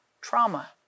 trauma